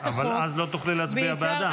החוק -- אבל אז לא תוכלי להצביע בעדה.